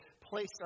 place